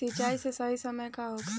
सिंचाई के सही समय का होखे?